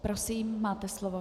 Prosím, máte slovo.